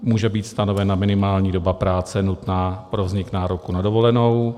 Může být stanovena minimální doba práce nutná pro vznik nároku na dovolenou.